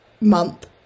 month